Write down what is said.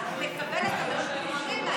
מובנה, מסודר.